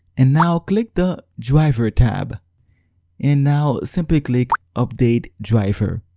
and now click the driver tab and now simply click update driver